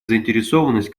заинтересованность